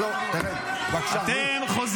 אתם לא מבקשים